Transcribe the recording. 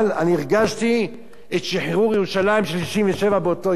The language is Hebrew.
אני הרגשתי את שחרור ירושלים של 1967 באותו יום.